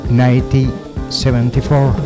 1974